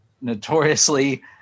notoriously